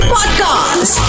Podcast